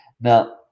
Now